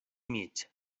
mig